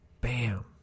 Bam